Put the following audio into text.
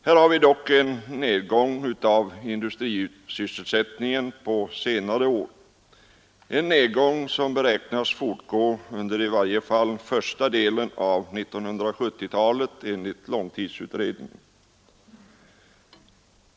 Vi har dock haft en nedgång i industrisysselsättningen under senare år, en nedgång som beräknas fortsätta under i varje fall första delen av 1970-talet enligt långtidsutredningen.